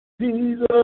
Jesus